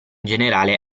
generale